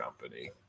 company